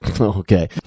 Okay